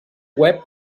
web